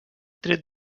tret